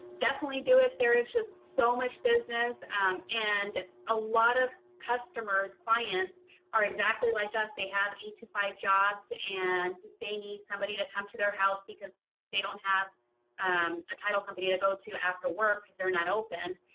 definitely do it there is just so much business and and a lot of customers clients are exactly like us. they have eight zero five zero jobs and they need somebody to come to their house because they don't have um a title company to go to after work because they're not open.